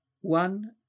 one